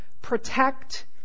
protect